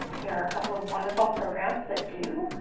there are a couple of wonderful programs that do.